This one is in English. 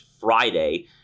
Friday